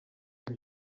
ari